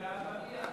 במליאה.